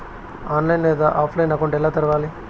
online లేదా ఆఫ్లైన్లో account ఎలా తెరవాలి